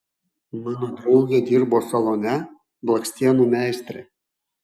mano draugė dirbo salone blakstienų meistre